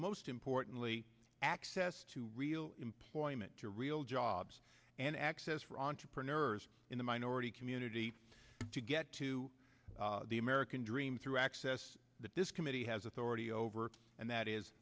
most importantly access to real employment to real jobs and access for entrepreneurs in the minority community to get to the american dream through access that this committee has authority over and that is